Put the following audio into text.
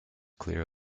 clear